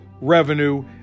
revenue